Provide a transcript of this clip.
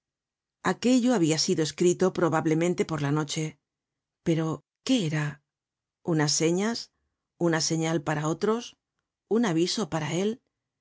aquello habia sido escrito probablemente por la noche pero qué era unas señas una señal para otros un aviso para él